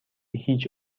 هیچ